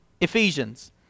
Ephesians